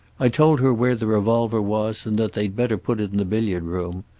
i told her where the revolver was and that they'd better put it in the billiard room.